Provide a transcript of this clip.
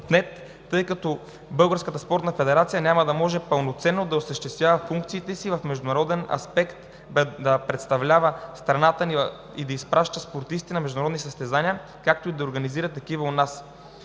тъй като Българската спортна федерация няма да може пълноценно да осъществява функциите си в международен аспект, да представлява страната ни и да изпраща спортисти на международни състезания, както и да организира такива у нас.